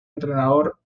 entrenador